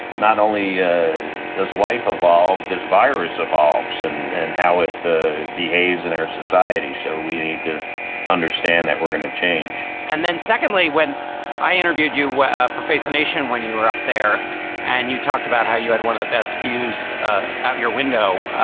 not only does life evolve, this virus evolves and and how it behaves in our society. so we need to understand that we're going to change and then secondly, when i interviewed you were for face the nation when you were up there and you talked about how you had one of the best views ah out your window.